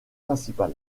principal